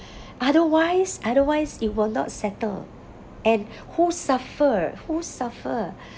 otherwise otherwise it will not settle and who suffer who suffer